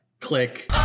Click